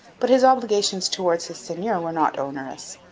but his obligations towards his seigneur were not onerous.